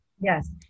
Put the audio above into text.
Yes